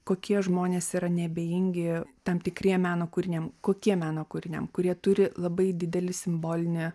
kokie žmonės yra neabejingi tam tikriem meno kūriniam kokiem meno kūriniam kurie turi labai didelį simbolinį